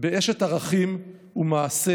באשת ערכים ומעשה,